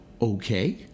okay